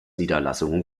niederlassungen